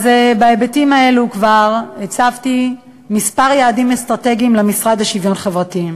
בהיבטים האלה כבר הצבתי כמה יעדים אסטרטגיים למשרד לשוויון חברתי.